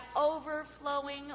overflowing